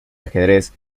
ajedrez